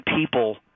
people